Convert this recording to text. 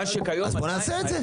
אז בוא נעשה את זה.